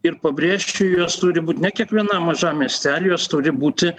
ir pabrėšiu jos turi būt ne kiekvienam mažam miestely jos turi būti